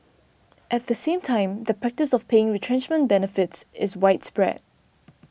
at the same time the practice of paying retrenchment benefits is widespread